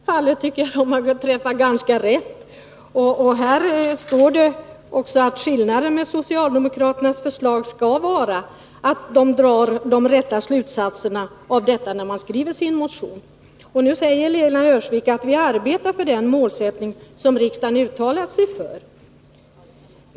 Herr talman! Vi vet ju hurudana tidningsrubriker är, men i detta fall tycker jag att de träffar ganska rätt. Här står det också att skillnaden med socialdemokraternas förslag är att de drar de rätta slutsatserna när de skriver sin motion. Nu säger Lena Öhrsvik att man arbetar för den målsättning som riksdagen har uttalat sig för.